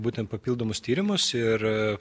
būtent papildomus tyrimus ir